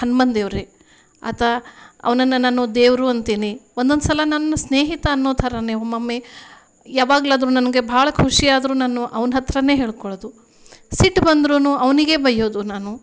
ಹನ್ಮಾನ್ ದೇವ್ರೇ ಆತ ಅವನನ್ನ ನಾನು ದೇವರು ಅಂತೀನಿ ಒಂದೊಂದು ಸಲ ನನ್ನ ಸ್ನೇಹಿತ ಅನ್ನೋ ಥರವೇ ಒಮ್ಮೊಮ್ಮೆ ಯಾವಾಗ್ಲಾದ್ರೂ ನನಗೆ ಭಾಳ ಖುಷಿಯಾದ್ರೂ ನಾನು ಅವ್ನ ಹತ್ರವೇ ಹೇಳ್ಕೊಳ್ಳೋದು ಸಿಟ್ಟು ಬಂದ್ರೂ ಅವನಿಗೇ ಬೈಯೋದು ನಾನು